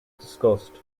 discussed